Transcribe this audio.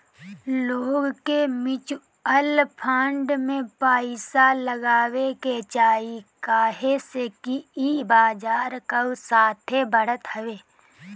लोग के mutual fund में पइसा लगावे के चाही काहे से कि ई बजार कअ साथे बढ़त हवे